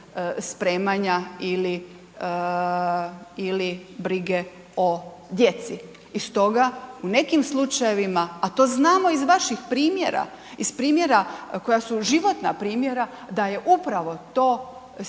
spremanja ili brige o djeci. I stoga u nekim slučajevima a to znamo iz vaših primjera, iz primjera koja su životna primjera da je upravo to